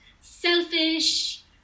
selfish